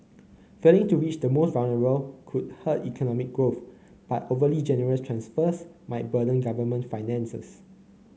failing to reach the most vulnerable could hurt economic growth but overly generous transfers might burden government finances